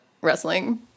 wrestling